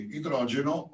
idrogeno